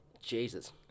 Jesus